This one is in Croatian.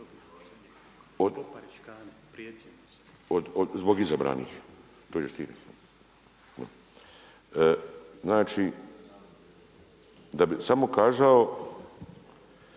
zbog izabranih. Znači, da bih samo kazao